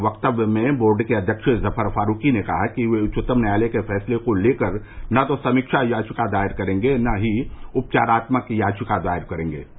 एक वक्तव्य में बोर्ड के अध्यक्ष जफर फारूकी ने कहा कि वे उच्चतम न्यायालय के फैसले को लेकर न तो समीक्षा याचिका दायर करेंगे और न ही उपचारात्मक याचिका दायर करेंगे